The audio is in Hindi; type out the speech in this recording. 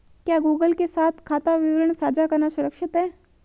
क्या गूगल के साथ खाता विवरण साझा करना सुरक्षित है?